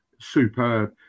superb